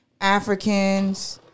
Africans